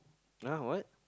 now what